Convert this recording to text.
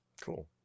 Cool